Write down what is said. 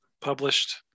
published